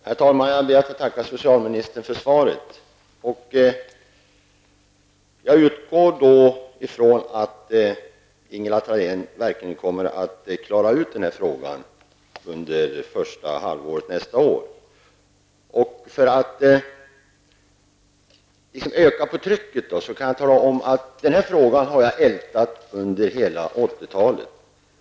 Herr talman! Jag ber att få tacka socialministern för svaret. Jag utgår ifrån att Ingela Thalén verkligen kommer att klara ut den här frågan under första halvåret nästa år. För att liksom öka på trycket kan jag tala om att jag har ältat den här frågan under hela 80-talet.